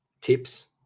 Tips